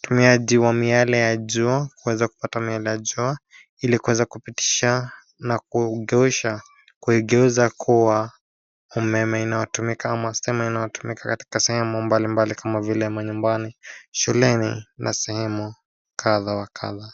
utumiaji wa miale ya jua, kuweza kupata miale ya jua, ili kuweza kupitisha na kuigeuza kuwa umeme inayotumika katika sehemu mbalimbali kama vile manyumbani, shuleni na sehemu kadhaa wa kadhaa.